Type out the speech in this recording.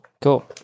Cool